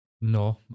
No